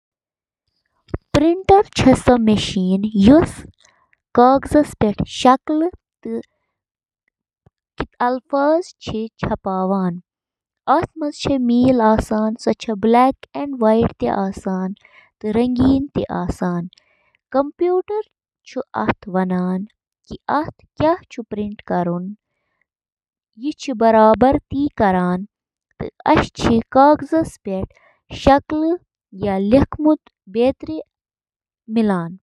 اکھ ٹوسٹر چُھ گرمی پٲدٕ کرنہٕ خٲطرٕ بجلی ہنٛد استعمال کران یُس روٹی ٹوسٹس منٛز براؤن چُھ کران۔ ٹوسٹر اوون چِھ برقی کرنٹ سۭتۍ کوائلن ہنٛد ذریعہٕ تیار گژھن وٲل انفراریڈ تابکٲری ہنٛد استعمال کٔرتھ کھین بناوان۔